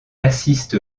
assiste